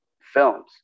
films